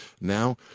Now